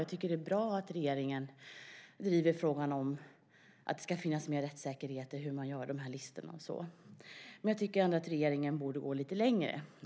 Jag tycker att det är bra att regeringen driver frågan om att det ska finnas mer rättssäkerhet när det gäller hur man gör dessa listor och så vidare, men jag tycker ändå att regeringen borde gå lite längre.